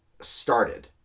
started